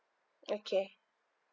okay